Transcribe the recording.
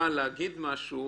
להגיד משהו